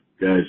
guys